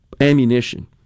ammunition